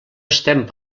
estem